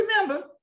remember